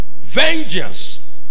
Vengeance